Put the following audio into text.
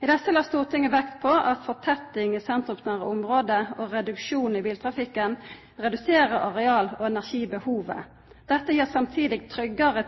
I desse la Stortinget vekt på at fortetting i sentrumsnære område og reduksjon i biltrafikken reduserer areal- og energibehovet. Dette gir samtidig tryggare,